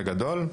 בגדול,